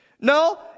No